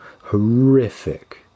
horrific